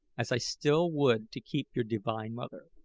as i still would to keep your divine mother,